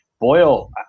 Boyle